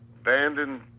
abandoned